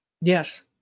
Yes